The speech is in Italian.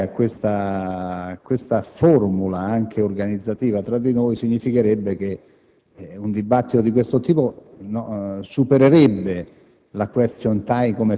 parlamentare. Derogare a questa formula, anche organizzativa, significherebbe che un dibattito di questo tipo supererebbe